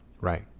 Right